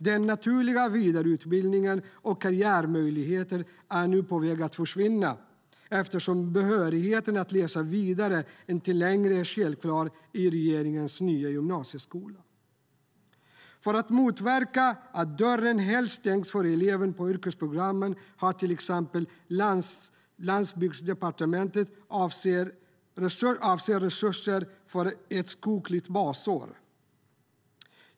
Den naturliga vidareutbildningen och karriärmöjligheten är nu på väg att försvinna eftersom behörigheten att läsa vidare inte längre är självklar i regeringens nya gymnasieskola. För att motverka att dörren helt stängs för elever på yrkesprogrammen har till exempel Landsbygdsdepartementet avsatt resurser för ett skogligt basår.